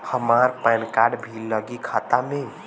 हमार PAN card भी लगी खाता में?